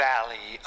Valley